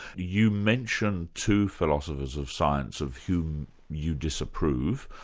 you mention two philosophers of science of whom you disapprove,